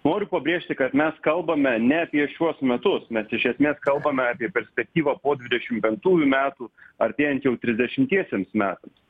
noriu pabrėžti kad mes kalbame ne apie šiuos metus mes iš esmės kalbame apie perspektyvą po dvidešim penktųjų metų artėjant jau tridešimtiesiems metams